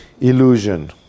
illusion